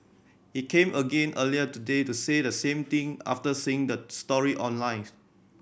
he came again earlier today to say the same thing after seeing the stories online